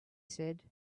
said